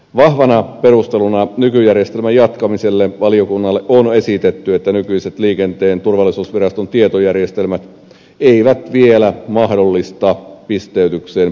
vahvana perusteluna nykyjärjestelmän jatkamiselle valiokunnalle on esitetty että nykyiset liikenteen turvallisuusviraston tietojärjestelmät eivät vielä mahdollista pisteytykseen perustuvaa seuraamusjärjestelmää